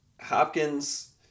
Hopkins